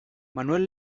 manuel